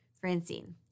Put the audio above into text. Francine